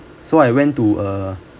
so I went to a